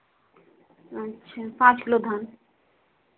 अच्छा पाँच किलो धान